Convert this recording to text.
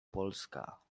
polska